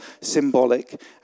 symbolic